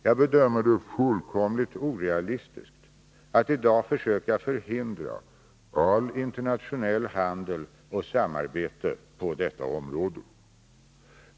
Jag bedömer det som fullkomligt orealistiskt att i dag försöka förhindra all internationell handel och allt internationellt samarbete på detta område.